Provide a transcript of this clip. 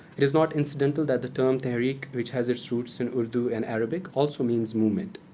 it is not incidental that the term, tehreek, which has its roots in urdu and arabic, also means movement.